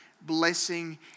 blessing